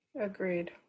Agreed